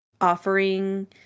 offering